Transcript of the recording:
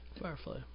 Firefly